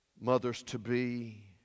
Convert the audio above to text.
mothers-to-be